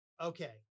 Okay